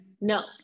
No